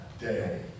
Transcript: day